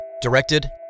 directed